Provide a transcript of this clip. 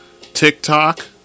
TikTok